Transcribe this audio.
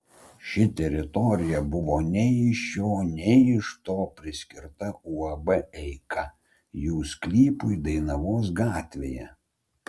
ši teritorija buvo nei iš šio nei iš to priskirta uab eika jų sklypui dainavos gatvėje